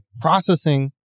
processing